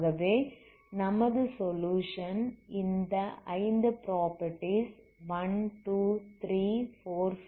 ஆகவே நமது சொலுயுஷன் இந்த 5 ப்ராப்பர்ட்டீஸ் 12345 ஐ சாடிஸ்ஃபை பண்ணும்